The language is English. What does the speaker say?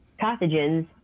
pathogens